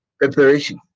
preparation